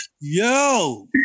Yo